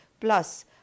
plus